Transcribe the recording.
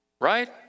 right